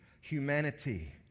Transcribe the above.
humanity